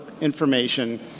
information